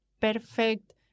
perfect